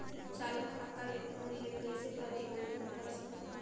चालू खाता ले फोन ले कइसे प्रतिबंधित कर सकथव?